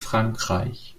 frankreich